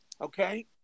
Okay